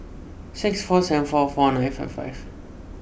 six four seven four four nine five five